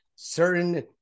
certain